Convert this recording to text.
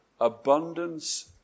abundance